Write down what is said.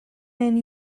and